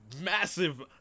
massive